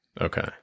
Okay